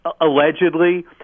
allegedly